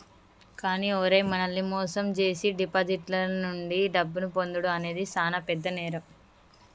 కానీ ఓరై మనల్ని మోసం జేసీ డిపాజిటర్ల నుండి డబ్బును పొందుడు అనేది సాన పెద్ద నేరం